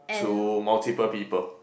to multiple people